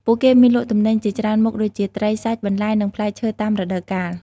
ពួកគេមានលក់ទំនិញជាច្រើនមុខដូចជា ត្រី សាច់ បន្លែ និងផ្លែឈើតាមរដូវកាល។